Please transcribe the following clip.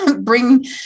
bring